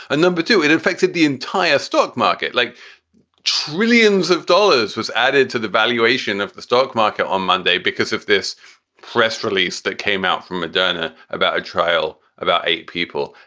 number two, it affected the entire stock market like trillions of dollars was added to the valuation of the stock market on monday, because if this press release that came out from madona about a trial, about eight people,